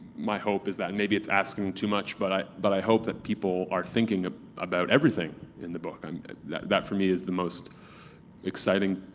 my hope is that maybe it's asking too much, but i but i hope that people are thinking about everything in the book. and that that for me is the most exciting